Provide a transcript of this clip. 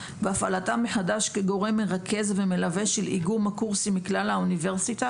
והפעלתם מחדש כגורם מרכז ומלווה של איגום הקורסים מכלל האוניברסיטה,